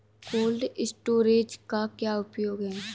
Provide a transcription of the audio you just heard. Cold storage का क्या उपयोग है?